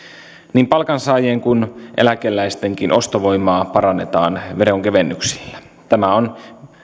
niin palkansaajien kuin eläkeläistenkin ostovoimaa parannetaan veronkevennyksillä tämä on